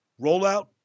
Rollout